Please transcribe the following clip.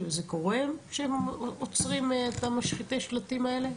זה קורה שעוצרים את משחיתי השלטים האלה?